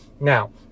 Now